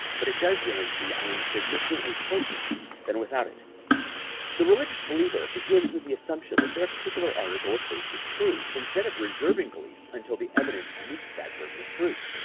but it does guarantee. i am significantly closer than without it the religious believer begins with the assumption that their particular article of faith is true instead of reserving belief until the evidence meets that burden of proof.